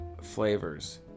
flavors